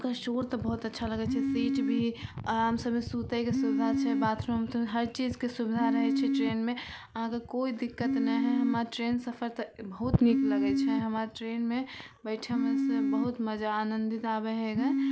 ओकर शोर तऽ बहुत अच्छा लगै छै सीट भी आराम से ओहिमे सुतयके सुबिधा छै बाथरूम उथरूम हर चीजके सुबिधा रहय छै ट्रेनमे अहाँके कोइ दिक्कत नहि हइ हमरा ट्रेन सफर तऽ बहुत नीक लगै छै हमरा ट्रेनमे बैठयमे से बहुत मजा आनंदित आबै हइ गे